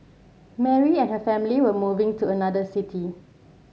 Mary and her family were moving to another city